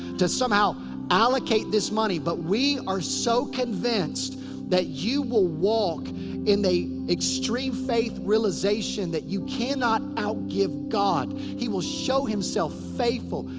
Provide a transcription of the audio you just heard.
to somehow allocate this money. but we are so convinced that you will walk in a extreme faith realization that you cannot out give god. he will show himself faithful.